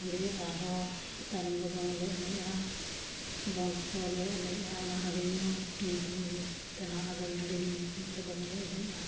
ᱦᱟᱺᱰᱤ ᱟᱨᱦᱚᱸ ᱛᱟᱭᱱᱚᱢ ᱫᱚ ᱫᱚᱝ ᱞᱮ ᱮᱱᱮᱡᱼᱟ ᱫᱚᱝ ᱠᱚᱞᱮ ᱮᱱᱮᱡᱼᱟ ᱚᱱᱟ ᱦᱟᱺᱰᱤ ᱧᱩ ᱧᱩᱛᱩᱞᱩᱡ ᱛᱮᱱᱟᱜ ᱚᱱᱟ ᱜᱟᱬᱤ ᱦᱟᱺᱰᱤ ᱧᱩᱧᱩ ᱛᱩᱞᱩᱢᱛᱮ ᱫᱚᱝ ᱞᱮ ᱮᱱᱮᱡᱼᱟ